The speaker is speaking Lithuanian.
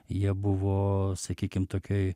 jie buvo sakykim tokioj